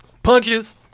Punches